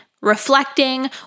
reflecting